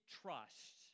trust